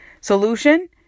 Solution